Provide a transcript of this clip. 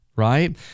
right